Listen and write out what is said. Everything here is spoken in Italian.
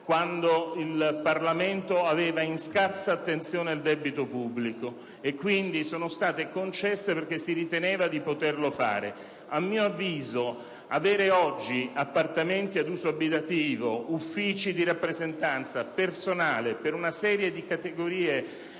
quando il Parlamento aveva in scarsa attenzione il problema del debito pubblico e sono stati concessi perché si riteneva di poterlo fare. A mio avviso, avere oggi appartamenti ad uso abitativo, uffici di rappresentanza e personale per una serie di categorie